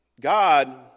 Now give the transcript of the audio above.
God